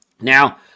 Now